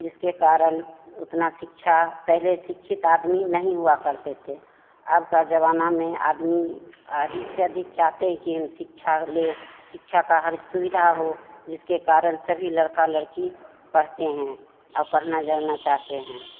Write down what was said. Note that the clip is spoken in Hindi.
जिसके कारण उतनी शिक्षा पहले शिक्षित आदमी नहीं हुआ करते थे अब का ज़माना में आदमी अधिक से अधिक चाहते हैं कि हम शिक्षा लें शिक्षा की हर सुविधा हो जिसके कारण सभी लड़का लड़की पढ़ते हैं और पढ़ने जाना चाहते हैं